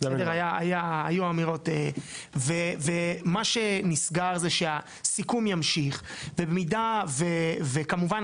היו אמירות ומה שנסגר זה שהסיכום ימשיך ובמידה וכמובן,